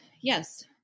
yes